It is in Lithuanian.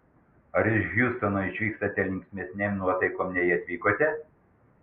ar iš hjustono išvykstate linksmesnėm nuotaikom nei atvykote